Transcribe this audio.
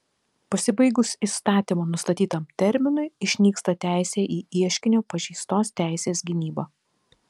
pasibaigus įstatymo nustatytam terminui išnyksta teisė į ieškinio pažeistos teisės gynybą